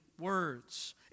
words